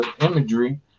imagery